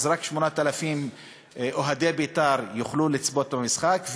אז רק 8,000 אוהדי "בית"ר" יוכלו לצפות במשחק,